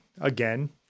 again